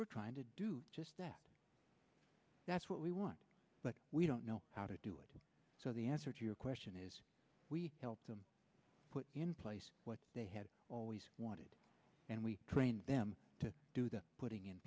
we're trying to do just that that's what we want but we don't know how to do it so the answer to your question is we help them put in place what they have always wanted and we trained them to do that putting in